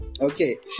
Okay